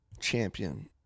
champion